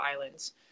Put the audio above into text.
islands